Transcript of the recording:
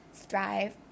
strive